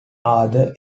are